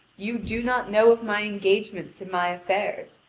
you do not know of my engagements and my affairs,